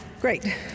Great